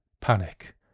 panic